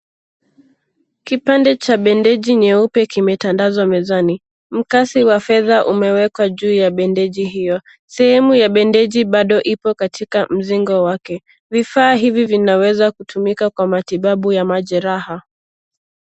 Kipande cha bendeji nyeupe kimetandazwa mezani. Mkasi wa fedha imewekwa juu ya bendeji hiyo. Sehemu ya bandeji bado ipo katika mzinga wake. Vifaa hivi vinaweza kutumika kwa matibabu ya majeraha.